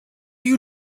you